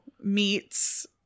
meets